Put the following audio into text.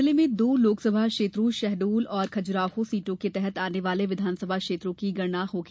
जिले में दो लोकसभा क्षेत्रों शहडोल और खजुराहो सीटों के तहत आने वाले विधानसभा क्षेत्रों की मतगणना होगी